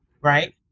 right